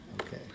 okay